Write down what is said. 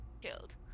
killed